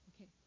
Okay